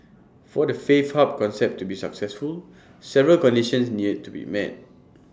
for the faith hub concept to be successful several conditions near to be met